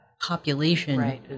population